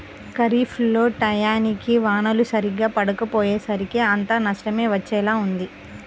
ఖరీఫ్ లో టైయ్యానికి వానలు సరిగ్గా పడకపొయ్యేసరికి అంతా నష్టమే వచ్చేలా ఉంది